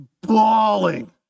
bawling